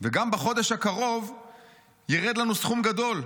וגם בחודש הקרוב ירד לנו סכום גדול,